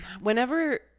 whenever